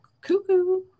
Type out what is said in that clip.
cuckoo